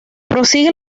prosigue